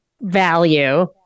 Value